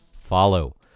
follow